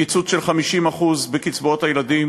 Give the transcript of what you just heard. קיצוץ של 50% בקצבאות הילדים,